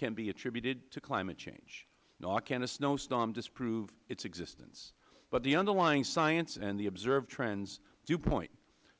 can be attributed to climate change nor can a snowstorm disprove its existence but the underlying science and the observed trends do point